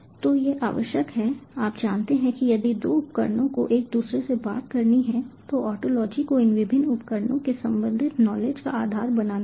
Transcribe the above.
तो यह आवश्यक है आप जानते हैं कि यदि दो उपकरणों को एक दूसरे से बात करनी है तो ओंटोलॉजी को इन विभिन्न उपकरणों के संबंधित नॉलेज का आधार बनाना होगा